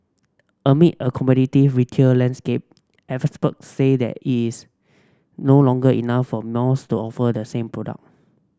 amid a competitive retail landscape say that it's no longer enough for malls to offer the same product